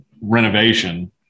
renovation